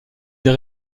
des